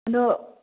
ꯑꯗꯣ